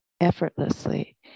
effortlessly